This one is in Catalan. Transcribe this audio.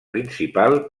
principal